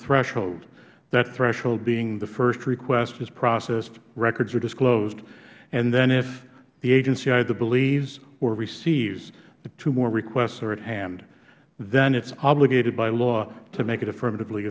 threshold that threshold being the first request is processed records are disclosed and then if the agency either believes or receives two more requests at hand then it is obligated by law to make it affirmative